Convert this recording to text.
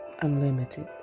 Unlimited